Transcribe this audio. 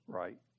right